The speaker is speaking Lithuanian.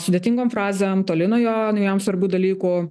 sudėtingom frazėm toli nuo jo nuo jam svarbių dalykų